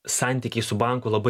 santykiai su banku labai